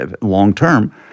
long-term